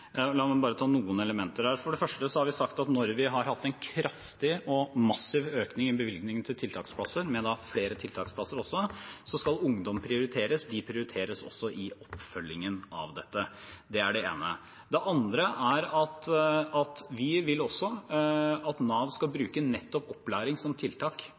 La meg bare ta noen elementer. For det første har vi sagt at når vi har hatt en kraftig og massiv økning i bevilgningene til tiltaksplasser, med flere tiltaksplasser også, skal ungdom prioriteres. De prioriteres da også i oppfølgingen av dette. Det er det ene. Det andre er at vi vil også at Nav skal bruke nettopp opplæring som tiltak,